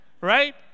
Right